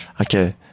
Okay